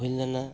ᱦᱩᱭ ᱞᱮᱱᱟ